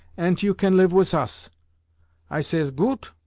ant you can live wis os i says, goot!